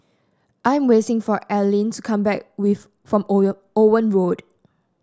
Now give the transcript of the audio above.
I am waiting for Arlyne to come back from Owen Road